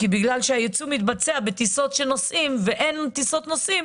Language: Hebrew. בגלל שהייצוא מתבצע בטיסות נוסעים ואין טיסות נוסעים,